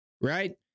right